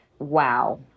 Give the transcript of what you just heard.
Wow